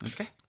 okay